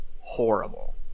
horrible